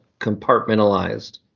compartmentalized